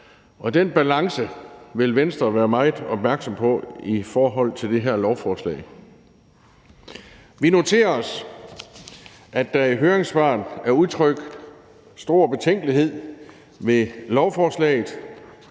den balance vil Venstre være meget opmærksom på i forhold til det her lovforslag. Vi noterer os, at der i høringssvarene er udtrykt stor betænkelighed ved lovforslaget.